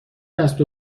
دست